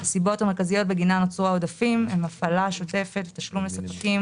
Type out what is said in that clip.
הסיבות המרכזיות בגינן נוצרו העודפים הן הפעלה שוטפת ותשלום לספקים